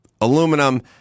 aluminum